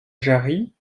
jarrie